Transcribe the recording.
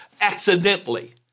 accidentally